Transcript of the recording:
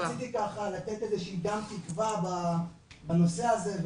רציתי ככה לתת איזו שהיא גם תקווה בנושא הזה.